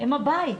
הן הבית.